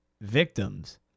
victims